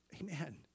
Amen